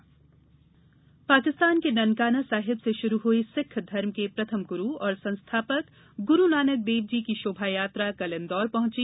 प्रकाश पर्व पाकिस्तान के ननकाना साहिब से शुरू हुई सिख धर्म के प्रथम गुरु और संस्थापक गुरु नानक देव जी की शोभायात्रा कल इंदौर पहुची